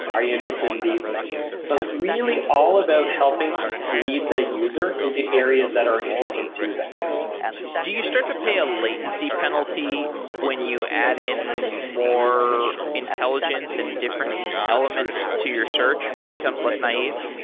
are you interested in these things? so it's really all about helping lead the user into areas that are interesting to them do you start to pay a latency penalty when you add in more intelligence and different elements to your search when it becomes less naive?